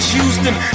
Houston